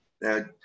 now